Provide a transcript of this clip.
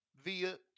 via